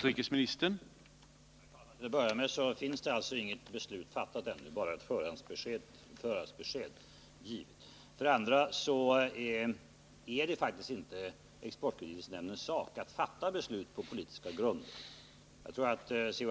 Herr talman! För det första är inget beslut fattat ännu. Nämnden har bara ” givit ett förhandsbesked. För det andra är det faktiskt inte Exportkreditnämndens sak att fatta beslut på politiska grunder. Om C.-H.